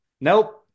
nope